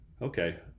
okay